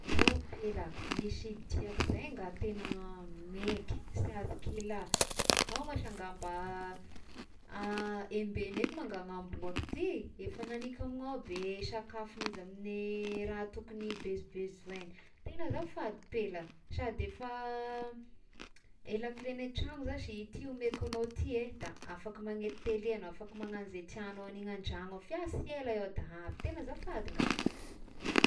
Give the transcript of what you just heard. Pela ahn misy diako zay nga tegna maiky sy azoko iala, ao ma ansa nga mba hembegno enga ma ka ny amboako ity, efa nagniko amignao aby sakafony izy amy raha tokony beso-besoiny, tegna azafady pela sady efa i lakile ny tragno zashy ity omeko agnao ity eh, da afaka magnety tele agnao, afaka magnano ze raha tiagnao ny an-dragnoko fa iaho sy ela aho dia avy, tegna azafady nga!